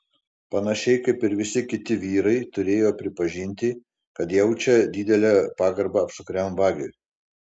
panašiai kaip ir visi kiti vyrai turėjo pripažinti kad jaučia didelę pagarbą apsukriam vagiui